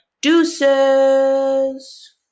Deuces